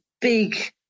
big